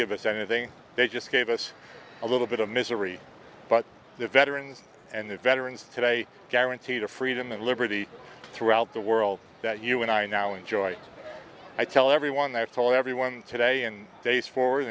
give us anything they just gave us a little bit of misery but the veterans and their veterans today guaranteed a freedom and liberty throughout the world that you and i now enjoy i tell everyone there told everyone today and